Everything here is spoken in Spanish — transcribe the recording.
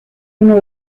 uno